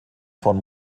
von